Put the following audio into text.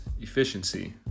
efficiency